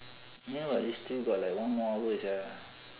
no [what] it still got like one more hour sia